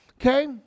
okay